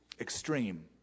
extreme